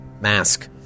mask